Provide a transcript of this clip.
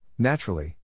Naturally